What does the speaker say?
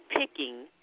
picking